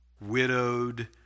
widowed